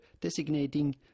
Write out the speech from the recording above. designating